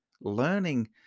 learning